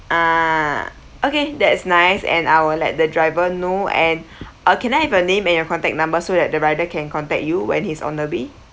ah okay that's nice and I will let the driver know and oh can I have your name and your contact number so that the rider can contact you when he's on the be